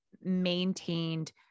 maintained